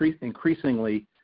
increasingly